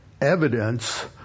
evidence